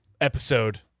episode